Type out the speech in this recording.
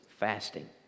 fasting